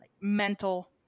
mental